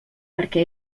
perquè